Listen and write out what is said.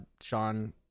sean